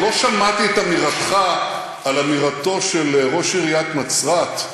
אבל לא שמעתי את אמירתך על אמירתו של ראש עיריית נצרת,